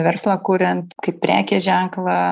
verslą kuriant kaip prekės ženklą